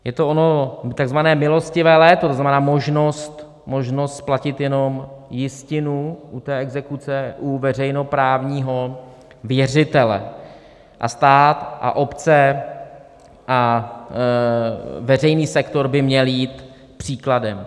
Je to ono takzvané milostivé léto, to znamená možnost splatit jenom jistinu u exekuce u veřejnoprávního věřitele, a stát, obce a veřejný sektor by měly jít příkladem.